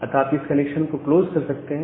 अतः आप इस कनेक्शन को क्लोज कर सकते हैं